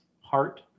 heart